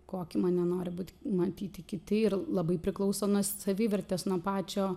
kokį mane nori būt matyti kiti ir labai priklauso nuo savivertės nuo pačio